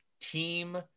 Team